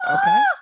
Okay